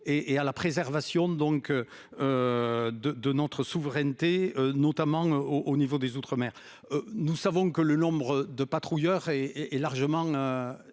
et à la préservation donc. De de notre souveraineté, notamment au niveau des Outre-mer mer. Nous savons que le nombre de patrouilleurs et est largement.